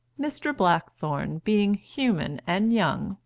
mr. blackthorne, being human and young,